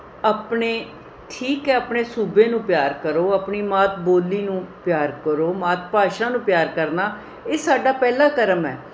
ਆਪਣੇ ਠੀਕ ਹੈ ਆਪਣੇ ਸੂਬੇ ਨੂੰ ਪਿਆਰ ਕਰੋ ਆਪਣੀ ਮਾਤ ਬੋਲੀ ਨੂੰ ਪਿਆਰ ਕਰੋ ਮਾਤ ਭਾਸ਼ਾ ਨੂੰ ਪਿਆਰ ਕਰਨਾ ਇਹ ਸਾਡਾ ਪਹਿਲਾ ਕਰਮ ਹੈ